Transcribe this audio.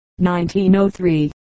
1903